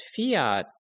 fiat